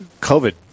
COVID